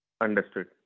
Understood